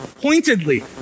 pointedly